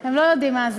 הם לא למדו מה זה.